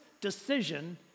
decision